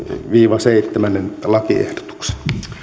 viiva seitsemännen lakiehdotuksen